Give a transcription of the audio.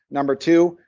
number two,